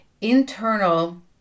internal